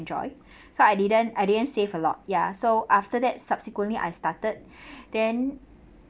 enjoy so I didn't I didn't save a lot ya so after that subsequently I started then